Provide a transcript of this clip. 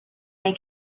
they